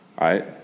right